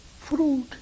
fruit